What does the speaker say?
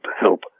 help